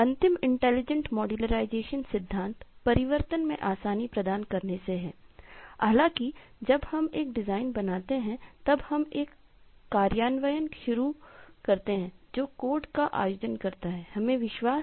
अंतिम intelligent modularization की अपरिहार्य वास्तविकता है